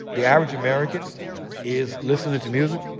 the average american is listening to music,